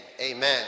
amen